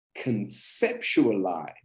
conceptualize